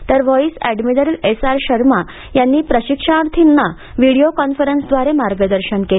तर vice admiral S R Sharma यांनी प्रशिक्षणार्थीना व्हिडिओ कॉन्फरन्सिंगद्वारे मार्गदर्शन केलं